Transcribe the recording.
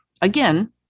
Again